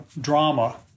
drama